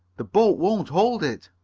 the boat won't hold it.